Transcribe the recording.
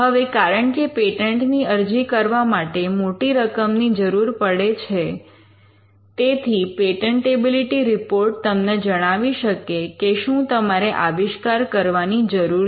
હવે કારણ કે પેટન્ટની અરજી કરવા માટે મોટી રકમ ની જરૂર પડે છે તેથી પેટન્ટેબિલિટી રિપોર્ટ તમને જણાવી શકે કે શું તમારે આવિષ્કાર કરવાની જરૂર છે